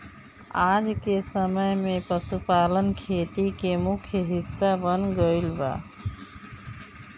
आजके समय में पशुपालन खेती के मुख्य हिस्सा बन गईल बा